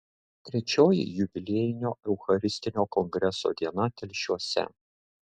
trečioji jubiliejinio eucharistinio kongreso diena telšiuose